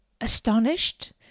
astonished